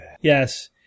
Yes